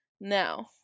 Now